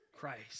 Christ